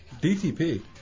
DTP